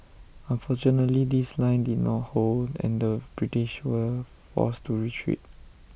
unfortunately this line did not hold and the British were forced to retreat